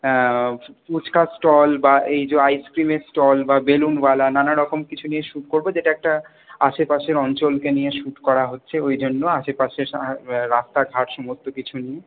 fuchka stall বা এই যো আইসক্রিমের স্টল বা বেলুনওয়ালা নানারকম কিছু নিয়ে শুট করবো যেটা একটা আশেপাশের অঞ্চলকে নিয়ে শুট করা হচ্ছে ওই জন্য আশেপাশের রাস্তাঘাট সমস্ত কিছু নিয়ে